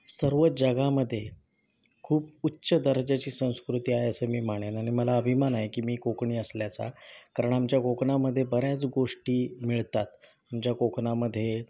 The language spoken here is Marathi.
सर्व जगामध्ये खूप उच्च दर्जाची संस्कृती आहे असं मी म्हणेन आणि मला अभिमान आहे की मी कोकणी असल्याचा कारण आमच्या कोकणामध्ये बऱ्याच गोष्टी मिळतात आमच्या कोकणामध्ये